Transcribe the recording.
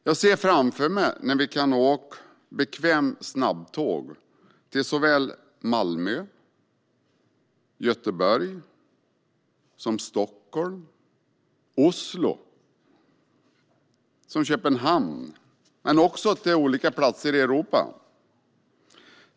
Jag ser framför mig när vi kan åka bekväma snabbtåg till Malmö, Göteborg, Stockholm, Oslo och Köpenhamn, men också till olika platser i Europa.